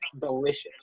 delicious